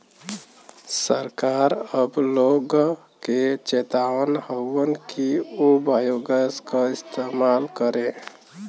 सरकार अब लोग के चेतावत हउवन कि उ बायोगैस क इस्तेमाल करे